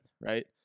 right